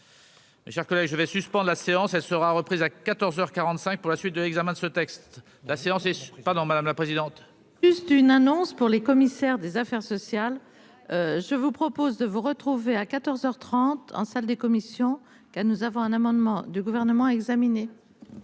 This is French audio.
Mes chers collègues, je vais suspendre la séance, elle sera reprise à 14 heures 45 pour la suite de l'examen de ce texte, la séance est pardon, madame la présidente. Plus d'une annonce pour les commissaires des Affaires sociales, je vous propose de vous retrouver à 14 heures 30 en salle des commissions qu'elle nous avons un amendement du gouvernement examiner.